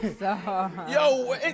Yo